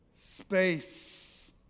Space